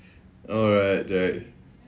oh right right